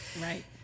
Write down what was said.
Right